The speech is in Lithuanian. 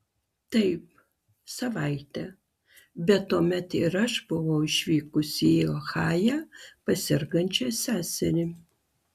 taip savaitę bet tuomet ir aš buvau išvykusi į ohają pas sergančią seserį